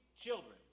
children